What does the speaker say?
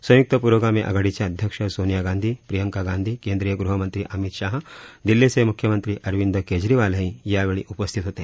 संयुक्त पुरोगामी आघाडीच्या अध्यक्ष सोनिया गांधी प्रियंका गांधी केंद्रिय गृहमंत्री अमित शहा दिल्लीचे मुख्यमंत्री अरविंद केजरीवालही यावेळी उपस्थित होते